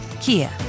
Kia